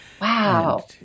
Wow